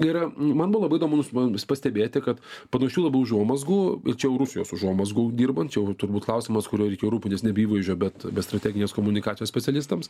yra man buvo labai įdomus pastebėti kad panašių labai užuomazgų čia jau rusijos užuomazgų dirbant čia jau turbūt klausimas kuriuo reikia rūpintis nebe įvaizdžio bet bet strateginės komunikacijos specialistams